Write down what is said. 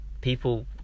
People